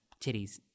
titties